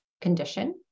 condition